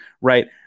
right